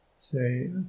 say